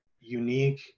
unique